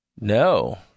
No